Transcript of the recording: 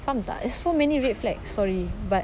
faham tak it's so many red flags sorry but